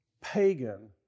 pagan